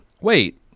Wait